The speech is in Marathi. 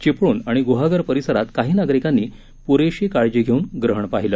चिपळूण आणि गुहागर परिसरात काही नागरिकांनी मात्र पुरेशी काळजी घेऊन ग्रहण पाहिलं